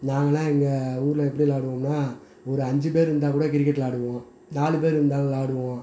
நாங்கெல்லாம் எங்கள் ஊரில் எப்படி விளையாடுவோன்னா ஒரு அஞ்சு பேர் இருந்தால் கூட கிரிக்கெட் விளையாடுவோம் நாலு பேர் இருந்தாலும் விளையாடுவோம்